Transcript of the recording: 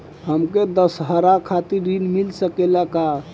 हमके दशहारा खातिर ऋण मिल सकेला का?